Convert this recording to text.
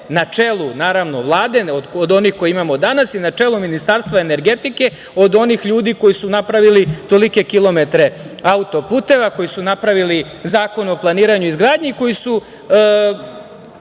na čelu Vlade od onih koje imamo danas i na čelu Ministarstva energetike od onih ljudi koji su napravili tolike kilometre auto-puteva, koji su napravili zakone o planiranju i izgradnji i koji su,